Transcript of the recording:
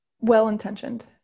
well-intentioned